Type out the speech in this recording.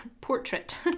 portrait